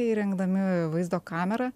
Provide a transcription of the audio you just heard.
įrengdami vaizdo kamerą